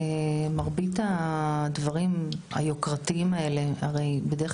מרבית הדברים היוקרתיים האלה הרי בדרך